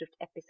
episode